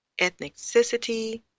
ethnicity